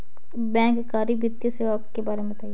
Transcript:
बैंककारी वित्तीय सेवाओं के बारे में बताएँ?